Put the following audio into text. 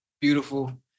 beautiful